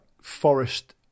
forest